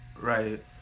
Right